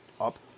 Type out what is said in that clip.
up